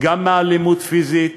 גם מאלימות פיזית